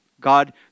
God